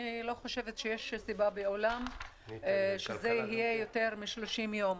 אני לא חושבת שיש סיבה בעולם שזה יהיה יותר מ-30 יום.